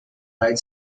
and